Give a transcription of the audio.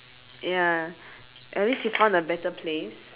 ya at least she found a better place